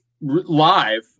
live